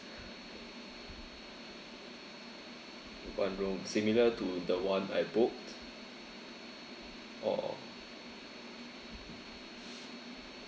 one room similar to the one I booked or